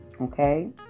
Okay